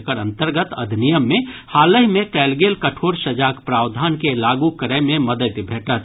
एकर अंतर्गत अधिनियम मे हालहि मे कयल गेल कठोर सजाक प्रावधान के लागू करय मे मददि भेटत